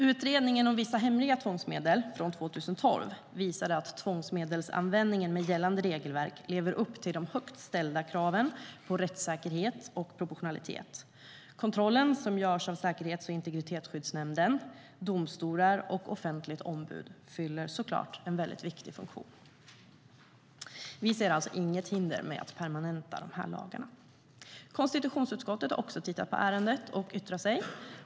Utredningen om vissa hemliga tvångsmedel från 2012 visade att tvångsmedelsanvändningen med gällande regelverk lever upp till högt ställda krav på rättssäkerhet och proportionalitet. Kontrollen som görs av Säkerhets och integritetsskyddsnämnden, domstolar och offentliga ombud fyller såklart en viktig funktion. Vi ser alltså inget hinder för att permanenta lagarna. Konstitutionsutskottet har också tittat på ärendet och yttrat sig.